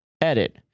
Edit